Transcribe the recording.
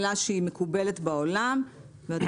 אנחנו רואים שזאת עמלה שהיא מקובלת בעולם והתעריפים